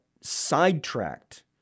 sidetracked